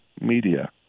media